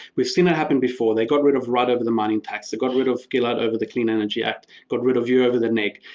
we've seen it happen before they got rid of rudd over the mining tax, they got rid of gillard over the clean energy act, got rid of you over the neg.